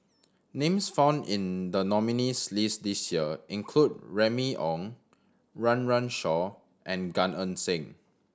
names found in the nominees' list this year include Remy Ong Run Run Shaw and Gan Eng Seng